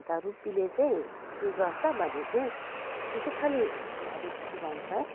अनि त रुप्पीले चाहिँ के गर्छ भने चाहिँ त्यो चाहिँ खालि घररुप्पी भन्छ है